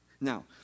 Now